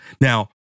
Now